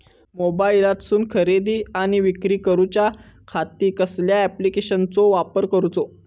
मोबाईलातसून खरेदी आणि विक्री करूच्या खाती कसल्या ॲप्लिकेशनाचो वापर करूचो?